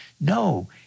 No